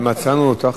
אבל מצאתי אותך